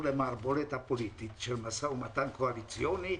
למערבולת הפוליטית של משא ומתן קואליציוני,